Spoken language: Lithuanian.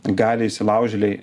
gali įsilaužėliai